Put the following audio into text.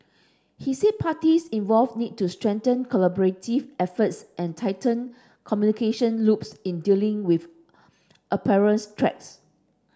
he said parties involved need to strengthen collaborative efforts and tighten communication loops in dealing with apparent threats